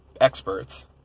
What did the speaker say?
experts